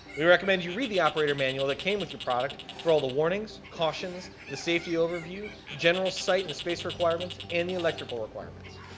we recommend you read the operator manual that came with your product for all the warnings, cautions, the safety overview, general site and space requirements, and the electrical requirements.